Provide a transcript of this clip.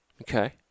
Okay